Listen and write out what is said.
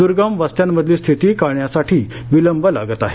दुर्गम वस्त्यांमधली स्थिती कळण्यासाठी विलंब लागत आहे